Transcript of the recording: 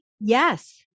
Yes